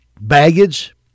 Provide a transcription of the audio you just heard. baggage